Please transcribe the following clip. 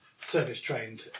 service-trained